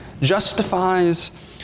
Justifies